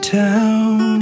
town